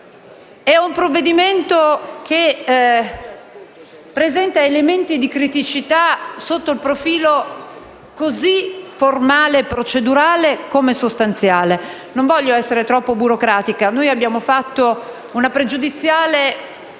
È un provvedimento che presenta elementi di criticità sotto il profilo formale, procedurale e sostanziale. Non voglio essere troppo burocratica. Noi abbiamo presentato una questione